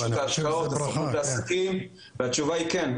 אבל אני חושב --- אם אנחנו נותנים סיוע לעסקים והתשובה היא כן,